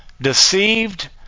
Deceived